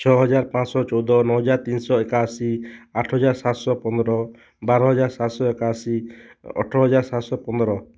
ଛଅହଜାର ପାଞ୍ଚଶହ ଚଉଦ ନଅହଜାର ତିନିଶହ ଏକାଅଶୀ ଆଠହଜାର ସାତଶହ ପନ୍ଦର ବାର ହଜାର ସାତଶହ ଏକାଅଶୀ ଅଠର ହଜାର ସାତଶହ ପନ୍ଦର